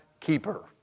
keeper